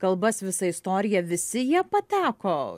kalbas visą istoriją visi jie pateko